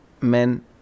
men